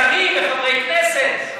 שרים וחברי כנסת,